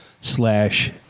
slash